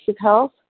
health